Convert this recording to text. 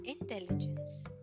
intelligence